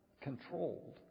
controlled